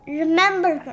remember